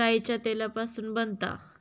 राईच्या तेलापासून बनता